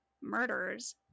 murders